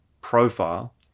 profile